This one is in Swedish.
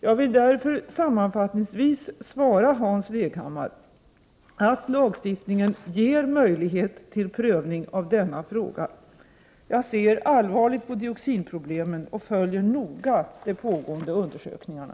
Jag vill därför sammanfattningsvis svara Hans Leghammar, att lagstiftningen ger möjlighet till prövning av denna fråga. Jag ser allvarligt på dioxinproblemen och följer noga de pågående undersökningarna.